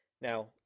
Now